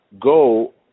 go